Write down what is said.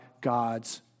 God's